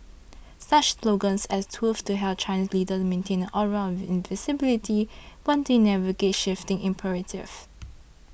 such slogans as tools to help Chinese leaders maintain an aura of invincibility while they navigate shifting imperatives